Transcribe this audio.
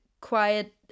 quiet